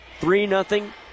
Three-nothing